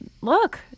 look